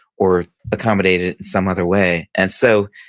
or accommodate it and some other way and so,